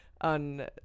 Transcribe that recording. on